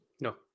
No